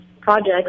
projects